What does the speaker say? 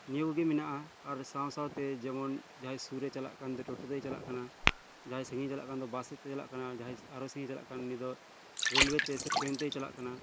ᱱᱤᱭᱟᱹᱜᱮ ᱢᱮᱱᱟᱜᱼᱟ ᱟᱨ ᱥᱟᱶ ᱥᱟᱶᱛᱮ ᱡᱮᱢᱚᱱ ᱡᱟᱦᱟᱸᱭ ᱥᱩᱨᱮ ᱪᱟᱞᱟᱜ ᱠᱟᱱᱫᱚ ᱴᱳᱴᱳ ᱛᱮᱭ ᱪᱟᱞᱟᱜ ᱠᱟᱱᱟ ᱡᱟᱦᱟᱸᱭ ᱥᱟᱹᱜᱤᱧᱮ ᱪᱟᱞᱟᱜ ᱠᱟᱱᱟ ᱵᱟᱥ ᱛᱮᱭ ᱪᱟᱞᱟᱜ ᱠᱟᱱᱟ ᱡᱟᱦᱟᱸᱭ ᱟᱨ ᱥᱟᱹᱜᱤᱧᱮ ᱪᱟᱞᱟᱜ ᱠᱟᱱ ᱩᱱᱤ ᱫᱚ ᱨᱮᱞᱳᱭᱮ ᱛᱮ ᱥᱮ ᱴᱨᱮᱱ ᱛᱮᱭ ᱪᱟᱞᱟᱜ ᱠᱟᱱᱟ